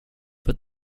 but